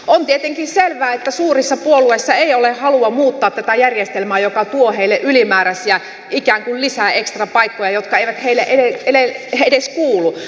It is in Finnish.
on tietenkin selvää että suurissa puolueissa ei ole halua muuttaa tätä järjestelmää joka tuo heille ylimääräisiä ikään kuin lisäekstrapaikkoja jotka eivät heille edes kuulu